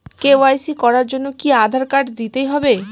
KYC করার জন্য কি আধার কার্ড দিতেই হবে?